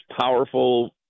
powerful